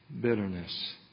bitterness